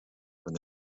when